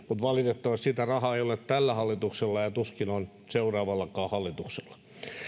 mutta valitettavasti sitä rahaa ei ole tällä hallituksella ja tuskin on seuraavallakaan hallituksella